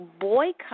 boycott